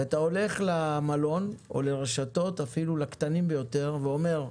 ואתה הולך למלון או אפילו לרשתות הקטנות ביותר ואומר: